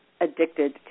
addicted